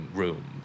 room